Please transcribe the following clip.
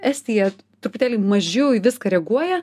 estija truputėlį mažiau į viską reaguoja